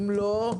אם לא,